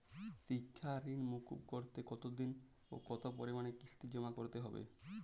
শিক্ষার ঋণ মুকুব করতে কতোদিনে ও কতো পরিমাণে কিস্তি জমা করতে হবে?